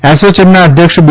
એસોએમના અધ્યક્ષ બી